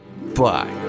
Bye